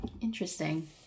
Interesting